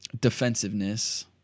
defensiveness